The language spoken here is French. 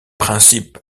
principes